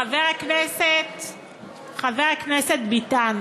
חבר הכנסת ביטן,